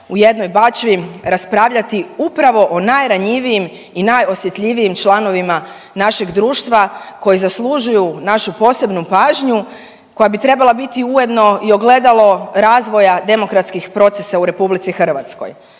u jednoj bačvi raspravljati upravo o najranjivijim i najosjetljivijim članovima našeg društva koji zaslužuju našu posebnu pažnju koja bi trebala biti jedno i ogledalo razvoja demokratskih procesa u RH.